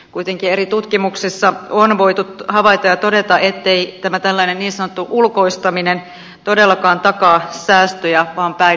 kuitenkin eri tutkimuksissa on voitu havaita ja todeta ettei tämä tällainen niin sanottu ulkoistaminen todellakaan takaa säästöjä vaan päinvastoin